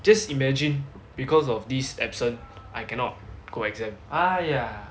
just imagine because of this absent I cannot go exam !aiya!